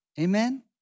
Amen